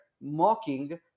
mocking